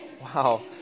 Wow